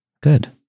good